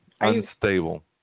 unstable